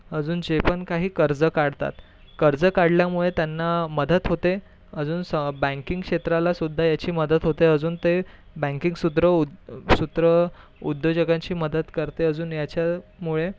अजून जे पण काही कर्ज काढतात कर्ज काढल्यामुळे त्यांना मदत होते अजून स बँकिंग क्षेत्राला सुद्धा याची मदत होते अजून ते बँकिंग सुदरव सूद्र उद्योजकांची मदत करते अजून याच्यामुळे